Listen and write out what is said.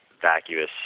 vacuous